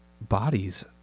bodies